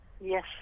Yes